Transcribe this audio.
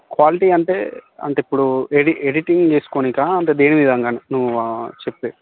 quality అంటే అంటే ఇప్పుడు ఎడి ఎడిటింగ్ చేసుకోడానికా అంటే దేని విధంగా అని నువ్వు చెప్పేది